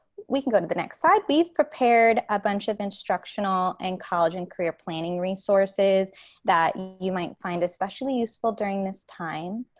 we can go to the next slide. we've prepared a bunch of instructional and college and career planning resources that you might find especially useful during this time.